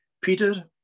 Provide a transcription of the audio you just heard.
Peter